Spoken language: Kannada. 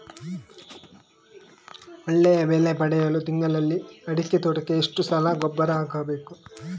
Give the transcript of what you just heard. ಒಳ್ಳೆಯ ಬೆಲೆ ಪಡೆಯಲು ತಿಂಗಳಲ್ಲಿ ಅಡಿಕೆ ತೋಟಕ್ಕೆ ಎಷ್ಟು ಸಲ ಗೊಬ್ಬರ ಹಾಕಬೇಕು?